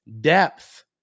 depth